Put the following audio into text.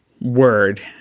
Word